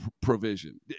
provision